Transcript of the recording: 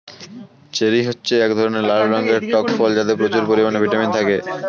cherry হচ্ছে এক ধরনের লাল রঙের টক ফল যাতে প্রচুর পরিমাণে ভিটামিন থাকে